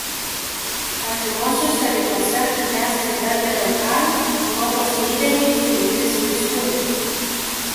artimuosiuose rytuose bręstant dar vienam karui europos lyderiai turi imtis veiksmų